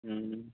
ہوں